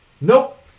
nope